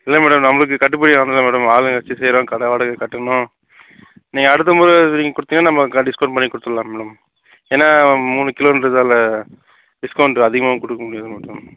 இல்லை மேடம் நம்மளுக்கு கட்டுப்படி ஆகணுல்ல மேடம் ஆளுங்க வெச்சு செய்கிறோம் கடை வாடகை கட்டணும் நீங்கள் அடுத்த முறை நீங்கள் கொடுத்திங்கனா நம்ம டிஸ்கவுண்ட் பண்ணி கொடுத்துட்லாம் மேடம் ஏன்னா மூணு கிலோன்றதால் டிஸ்கவுண்ட் அதிகமாக கொடுக்க முடியாது மேடம்